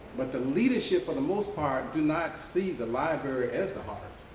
but the leadership for the most part, do not see the library as the heart.